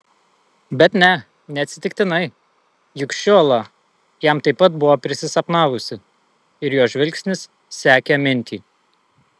bet ne neatsitiktinai juk ši uola jam taip pat buvo prisisapnavusi ir jo žvilgsnis sekė mintį